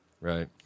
right